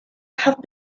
have